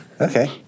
Okay